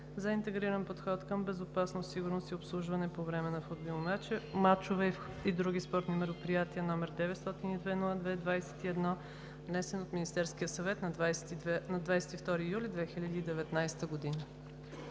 за интегриран подход към безопасност, сигурност и обслужване по време на футболни мачове и други спортни мероприятия, № 902-02-21, внесен от Министерския съвет на 22 юли 2019 г.“